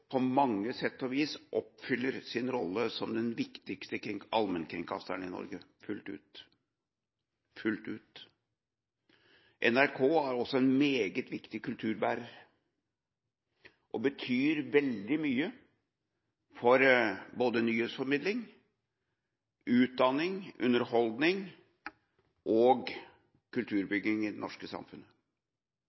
på mange sett og vis oppfyller sin rolle som den viktigste allmennkringkasteren i Norge fullt ut, fullt ut. NRK er også en meget viktig kulturbærer og betyr veldig mye for både nyhetsformidling, utdanning, underholdning og kulturbygging i det norske samfunnet.